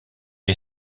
est